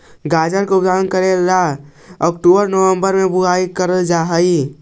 गाजर का उत्पादन करे ला अक्टूबर नवंबर में बुवाई करल जा हई